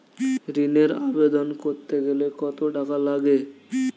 ঋণের আবেদন করতে গেলে কত টাকা লাগে?